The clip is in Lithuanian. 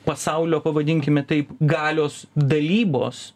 pasaulio pavadinkime taip galios dalybos